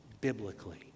biblically